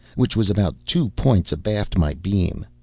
which was about two points abaft my beam.